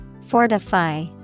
Fortify